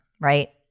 right